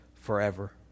forever